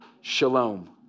Shalom